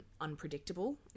Unpredictable